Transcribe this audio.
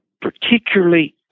particularly